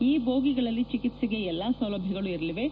ಈ ಬೋಗಿಗಳಲ್ಲಿ ಚಿಕಿತ್ಸೆಗೆ ಎಲ್ಲಾ ಸೌಲಭ್ಯಗಳು ಇರಲಿವೆ